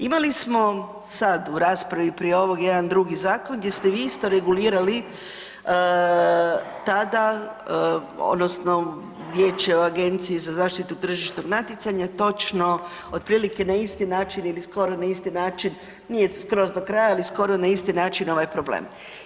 Imali smo sad u raspravi prije ovog jedan drugi zakon gdje ste vi isto regulirali tada odnosno riječ je o Agenciji za zaštitu tržišnog natjecanja točno otprilike na isti način ili skoro na isti način, nije skroz do kraja, ali skoro na isti način ovaj problem.